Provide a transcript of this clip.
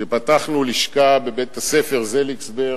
כשפתחנו לשכה בבית-הספר "סליגסברג"